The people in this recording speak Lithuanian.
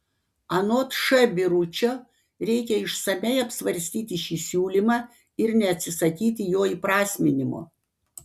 anot š biručio reikia išsamiai apsvarstyti šį siūlymą ir neatsisakyti jo įprasminimo